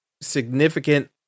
significant